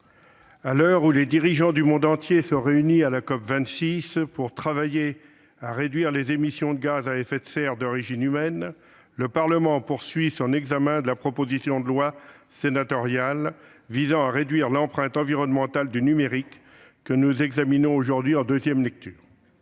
à l'heure où les dirigeants du monde entier sont réunis dans le cadre de la COP26 pour travailler à la réduction des émissions de gaz à effet de serre d'origine humaine, le Parlement poursuit son examen de la proposition de loi sénatoriale visant à réduire l'empreinte environnementale du numérique, dont nous débattons aujourd'hui en deuxième lecture.